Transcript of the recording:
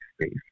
space